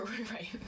right